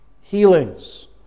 healings